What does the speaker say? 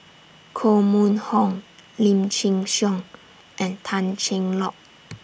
Koh Mun Hong Lim Chin Siong and Tan Cheng Lock